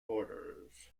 borders